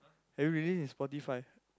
everybody in Spotify